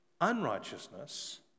unrighteousness